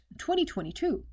2022